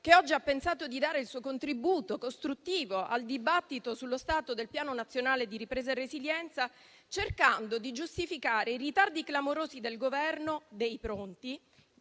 che oggi ha pensato di dare il suo contributo costruttivo al dibattito sullo stato del Piano nazionale di ripresa e resilienza cercando di giustificare i ritardi clamorosi del Governo dei pronti